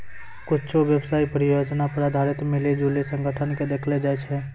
कुच्छु व्यवसाय परियोजना पर आधारित मिली जुली संगठन के देखैलो जाय छै